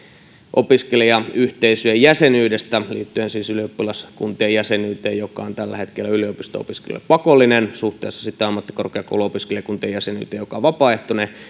opiskelijayhteisöjen jäsenyydestä liittyen siis ylioppilaskuntien jäsenyyteen joka on tällä hetkellä yliopisto opiskelijoille pakollinen suhteessa sitten ammattikorkeakouluopiskelijakuntien jäsenyyteen joka on vapaaehtoinen